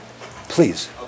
please